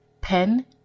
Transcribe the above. pen